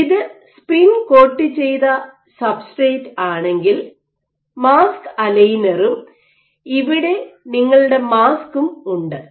ഇത് സ്പിൻ കോട്ടുചെയ്ത സബ്സ്ട്രേറ്റ് ആണെങ്കിൽ മാസ്ക് അലൈനറും ഇവിടെ നിങ്ങളുടെ മാസ്കും ഉണ്ട്